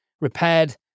repaired